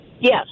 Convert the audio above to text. Yes